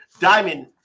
Diamond